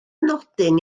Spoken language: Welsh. nodyn